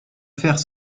faire